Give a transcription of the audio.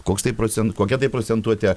koks tai procen kokia tai procentuotė